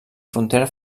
frontera